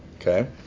Okay